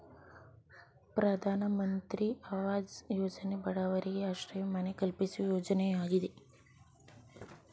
ಪ್ರಧಾನಮಂತ್ರಿ ಅವಾಜ್ ಯೋಜನೆ ಬಡವರಿಗೆ ಆಶ್ರಯ ಮನೆ ಕಲ್ಪಿಸುವ ಯೋಜನೆಯಾಗಿದೆ